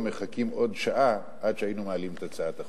מחכים עוד שעה עד שהיינו מעלים את הצעת החוק.